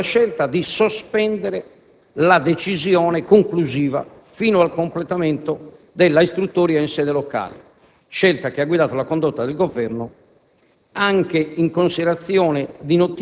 Questo in coerenza con la scelta di sospendere la decisione conclusiva fino al completamento dell'istruttoria in sede locale, scelta ha guidato la condotta del Governo,